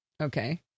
Okay